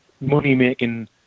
money-making